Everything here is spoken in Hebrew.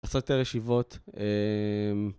קצת יותר ישיבות.